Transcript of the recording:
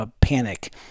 panic